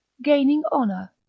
gaining honour,